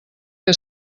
que